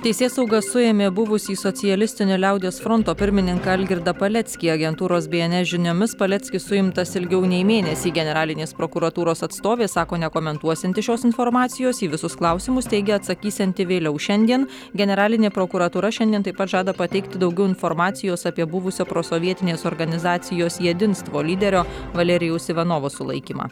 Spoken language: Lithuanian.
teisėsauga suėmė buvusį socialistinio liaudies fronto pirmininką algirdą paleckį agentūros bns žiniomis paleckis suimtas ilgiau nei mėnesį generalinės prokuratūros atstovė sako nekomentuosianti šios informacijos į visus klausimus teigė atsakysianti vėliau šiandien generalinė prokuratūra šiandien taip pat žada pateikti daugiau informacijos apie buvusio prosovietinės organizacijos jedinstvo lyderio valerijaus ivanovo sulaikymą